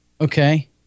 Okay